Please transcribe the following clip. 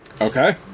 Okay